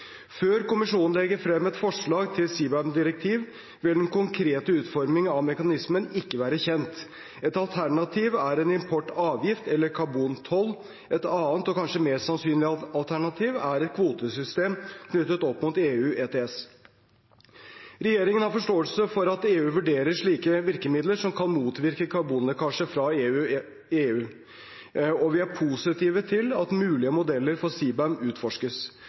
Før Kommisjonen legger frem et forslag til CBAM-direktiv, vil den konkrete utformingen av mekanismen ikke være kjent. Et alternativ er en importavgift eller karbontoll. Et annet, og kanskje mer sannsynlig alternativ, er et kvotesystem knyttet opp mot EU ETS. Regjeringen har forståelse for at EU vurderer ulike virkemidler som kan motvirke karbonlekkasje fra EU ETS, og vi er positive til at mulige modeller for CBAM utforskes.